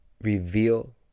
reveal